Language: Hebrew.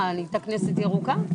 מה, נהייתה כנסת ירוקה?